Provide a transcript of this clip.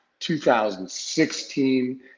2016